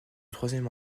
troisième